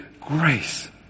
grace